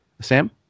sam